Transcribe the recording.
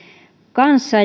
kanssa